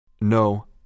No